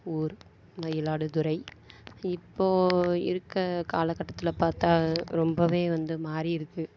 ஊர் மயிலாடுதுறை இப்போ இருக்க காலகட்டத்தில் பார்த்தா ரொம்பவே வந்து மாறி இருக்கு